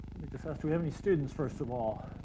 me just ask, do we have any students first of all?